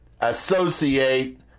associate